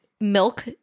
milk